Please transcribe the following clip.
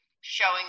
showing